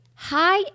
Hi